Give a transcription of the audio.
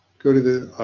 go to the,